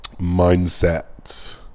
mindset